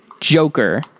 joker